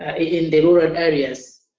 in the rural areas.